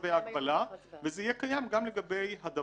זה קיים לגבי כל צווי הגבלה,